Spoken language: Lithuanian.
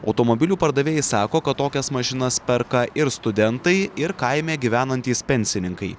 automobilių pardavėjai sako kad tokias mašinas perka ir studentai ir kaime gyvenantys pensininkai